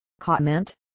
comment